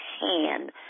hand